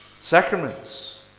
Sacraments